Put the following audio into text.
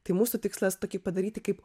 tai mūsų tikslas tokį padaryti kaip